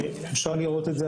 אפשר לראות את זה,